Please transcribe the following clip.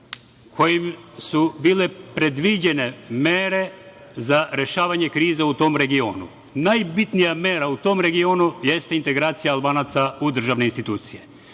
kojim su bile predviđene mere za rešavanje kriza u tom regionu. Najbitnija mera u tom regionu jeste integracija Albanaca u državne institucije.